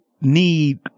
Need